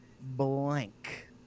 blank